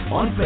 on